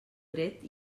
dret